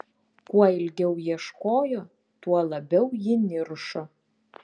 kuo ilgiau ieškojo tuo labiau ji niršo